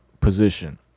position